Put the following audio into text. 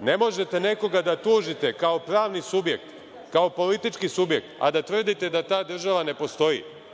Ne možete nekoga da tužite kao pravni subjekt, kao politički subjekt, a da tvrdite da ta država ne postoji.